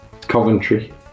Coventry